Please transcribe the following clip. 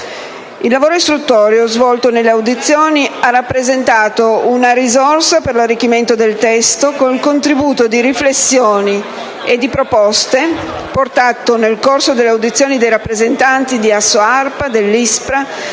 Il lavoro istruttorio svolto nelle audizioni ha rappresentato una risorsa per l'arricchimento del testo, con il contributo di riflessioni e di proposte, portate nel corso delle audizioni dai rappresentanti di AssoArpa, dell'Istituto